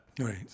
right